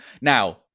Now